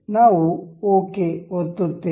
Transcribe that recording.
ನಾವು ಓಕೆ ಒತ್ತುತ್ತೇವೆ